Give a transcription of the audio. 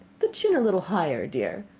the chin a little higher, dear.